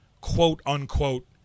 quote-unquote